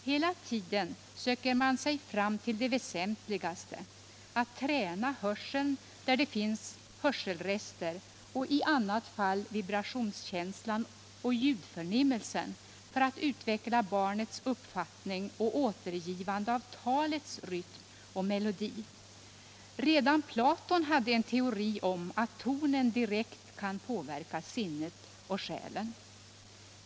Hela tiden söker man sig fram till det väsentligaste: att träna hörseln där det finns hörselrester och i annat fall vibrationskänslan och ljudförnimmelsen för att utveckla barnets uppfattning och återgivande av talets rytm och melodi. Redan Platon hade en teori om att tonen direkt kan påverka sinnet och själen.